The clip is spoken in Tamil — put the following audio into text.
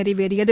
நிறைவேறியது